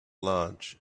large